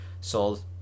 sold